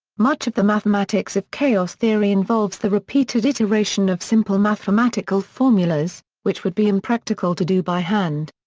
much of the mathematics of chaos theory involves the repeated iteration of simple mathematical formulas, which would be impractical to do by hand.